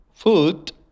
Foot